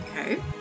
Okay